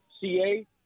CA